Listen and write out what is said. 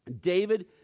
David